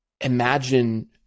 imagine